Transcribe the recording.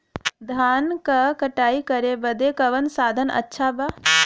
धान क कटाई करे बदे कवन साधन अच्छा बा?